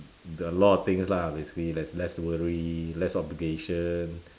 there are a lot of things lah basically there's less worry less obligation